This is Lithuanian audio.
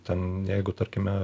ten jeigu tarkime